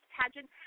Pageant